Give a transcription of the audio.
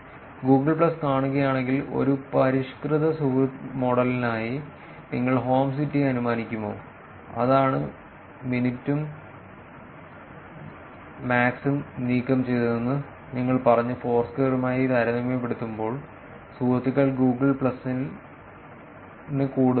അതിനാൽ Google plus കാണുകയാണെങ്കിൽ ഒരു പരിഷ്കൃത സുഹൃത്ത് മോഡലിനായി നിങ്ങൾ ഹോം സിറ്റിയെ അനുമാനിക്കുമോ അതാണ് മിനിറ്റും മാക്സും നീക്കംചെയ്തതെന്ന് ഞങ്ങൾ പറഞ്ഞു ഫോർസ്ക്വയറുമായി താരതമ്യപ്പെടുത്തുമ്പോൾ സുഹൃത്തുക്കൾ ഗൂഗിൾ പ്ലസിന് കൂടുതലാണ്